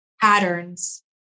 patterns